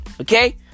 okay